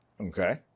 Okay